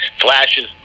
flashes